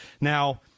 Now